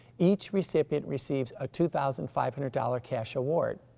each recipient receives a two thousand five hundred dollars cash award.